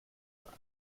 sein